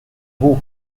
vous